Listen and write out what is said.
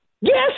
Yes